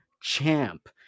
champ